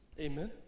Amen